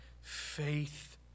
faith